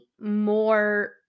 more